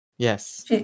Yes